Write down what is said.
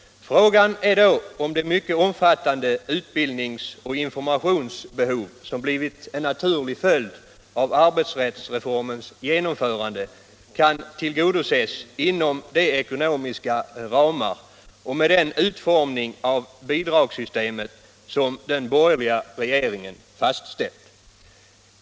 Frågan är då om det mycket omfattande utbildnings och informationsbehov som blivit en naturlig följd av arbetsrättsreformens genomförande kan tillgodoses inom de ekonomiska ramar och med den utformning av bidragssystemet som den borgerliga regeringen fastställt.